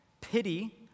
Pity